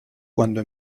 cuando